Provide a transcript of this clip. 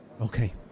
okay